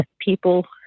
people